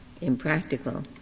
impractical